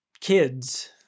kids